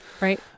Right